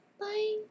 Bye